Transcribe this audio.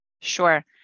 Sure